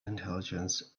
intelligence